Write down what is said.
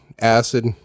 acid